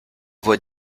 voix